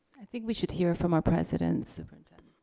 i think we should hear from our president-superintendent.